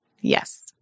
Yes